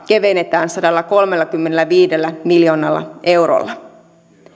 kevennetään sadallakolmellakymmenelläviidellä miljoonalla eurolla